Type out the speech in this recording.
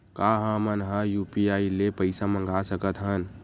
का हमन ह यू.पी.आई ले पईसा मंगा सकत हन?